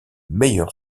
meilleur